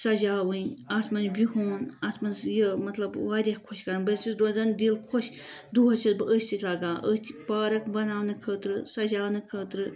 سجاوٕنۍ اَتھ منٛز بِہُن اَتھ منٛز یہِ مطلب واریاہ خۄش کَران بہٕ حظ چھس روزان دِل خۄش دۄہس چھس بہٕ أتھۍ سۭتۍ لَگان أتھۍ پارک بناونہٕ خٲطرٕ سجاونہٕ خٲطرٕ